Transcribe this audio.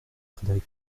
frédéric